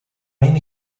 rain